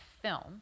film